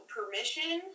permission